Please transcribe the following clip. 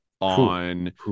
on